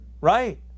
right